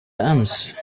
أمس